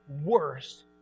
worst